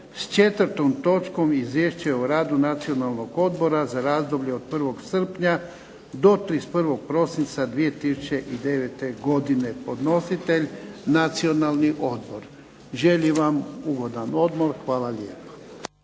s 4. točkom, Izvješće o radu Nacionalnog odbora za razdoblje od 1. srpnja do 31. prosinca 2009. godine, podnositelj Nacionalni odbor. Želim vam ugodan odmor. Hvala lijepa.